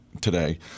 today